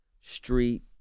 street